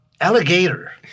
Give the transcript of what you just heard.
alligator